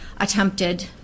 attempted